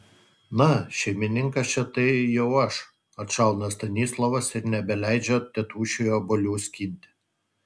na šeimininkas čia tai jau aš atšauna stanislovas ir nebeleidžia tėtušiui obuolių skinti